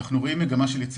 אנחנו רואים מגמה של יציבות.